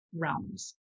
realms